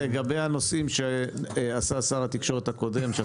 לגבי הנושאים ששר התקשורת הקודם עשה,